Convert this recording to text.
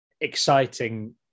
exciting